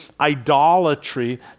idolatry